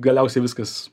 galiausiai viskas